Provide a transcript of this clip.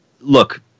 look